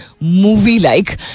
movie-like